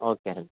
okay అండి